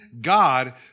God